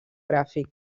gràfic